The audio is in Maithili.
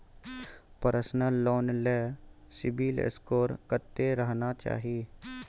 पर्सनल लोन ले सिबिल स्कोर कत्ते रहना चाही?